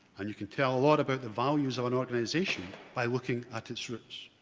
and you can tell a lot about the values of an organisation, by looking at its roots.